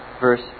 verse